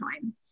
time